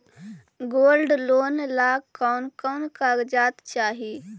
Gold loan ला कौन कौन कागजात चाही?